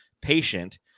patient